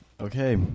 Okay